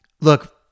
Look